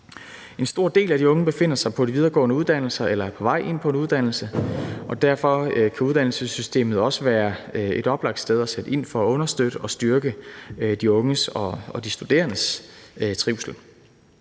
En stor del af de unge befinder sig på de videregående uddannelser eller er på vej ind på en uddannelse, og derfor kan uddannelsessystemet også være et oplagt sted at sætte ind for at understøtte og styrke de unges, de studerendes, trivsel.